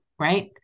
Right